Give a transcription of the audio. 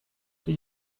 did